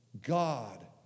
God